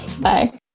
Bye